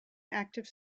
active